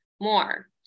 more